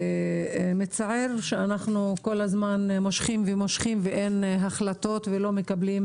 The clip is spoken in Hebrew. מצער שאנחנו כל הזמן מושכים ומושכים ואין החלטות ולא מקבלים